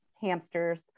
hamsters